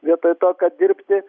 vietoj to kad dirbti